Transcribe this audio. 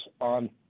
on